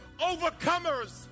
overcomers